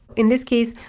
in this case,